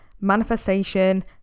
manifestation